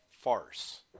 farce